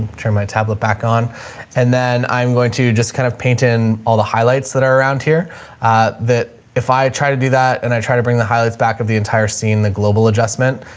turn my tablet back on and then i'm going to just kind of paint in all the highlights that are around here that if i tried to do that and i try to bring the highlights back of the entire scene, the global adjustment,